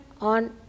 on